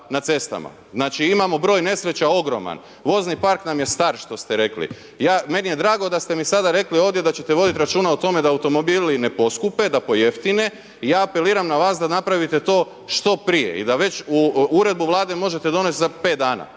na cestama. Znači imamo broj nesreća ogroman, vozni park nam je star što ste rekli, meni je drago da ste mi sada rekli ovdje da ćete voditi račun o tome da automobili ne poskupe, da pojeftine, ja apeliram na vas da napravite to što prije i da već uredbu Vlade možete donest za 5 dana